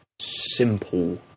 simple